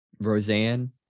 Roseanne